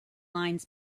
lines